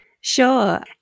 Sure